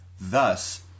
Thus